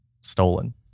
Stolen